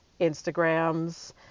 Instagrams